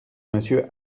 monsieur